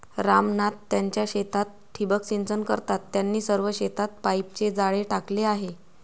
राम नाथ त्यांच्या शेतात ठिबक सिंचन करतात, त्यांनी सर्व शेतात पाईपचे जाळे टाकले आहे